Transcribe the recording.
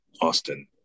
Austin